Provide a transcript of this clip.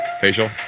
facial